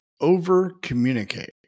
over-communicate